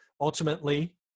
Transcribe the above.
ultimately